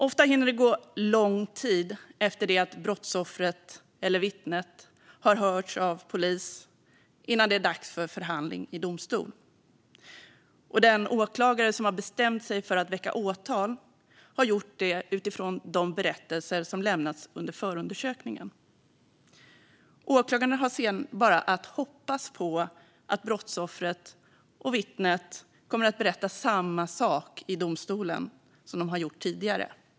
Ofta hinner det gå lång tid efter det att brottsoffret eller vittnet har hörts av polis innan det är dags för förhandling i domstol. Den åklagare som har bestämt sig för att väcka åtal har gjort det utifrån de berättelser som lämnats under förundersökningen. Åklagaren har sedan bara att hoppas på att brottsoffret och vittnet kommer att berätta samma sak i domstolen som de har gjort tidigare.